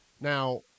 Now